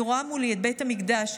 אני רואה מולי את בית המקדש,